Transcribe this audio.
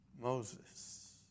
Moses